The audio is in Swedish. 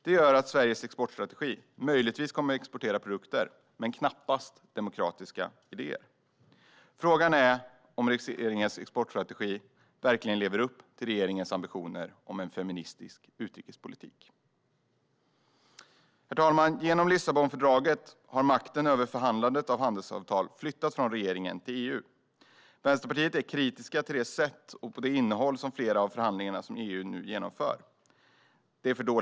Det gör att Sveriges exportstrategi möjligtvis kommer att exportera produkter, men den kommer knappast att exportera demokratiska idéer. Frågan är om exportstrategin verkligen lever upp till regeringens ambitioner om en feministisk utrikespolitik. Herr talman! Genom Lissabonfördraget har makten över förhandlandet av handelsavtal flyttats från regeringen till EU. Vänsterpartiet är kritiska till innehållet i flera av förhandlingarna som EU nu genomför och till sättet som de genomförs på.